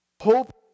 hope